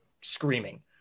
screaming